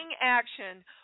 action